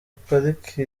pariki